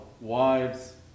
wives